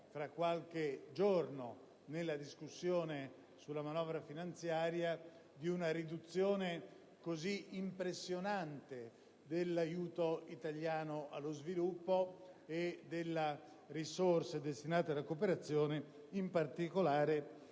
tra qualche giorno nella discussione sulla manovra finanziaria, come quella di una riduzione veramente impressionante dell'aiuto italiano allo sviluppo e delle risorse destinate alla cooperazione, in particolare